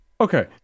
Okay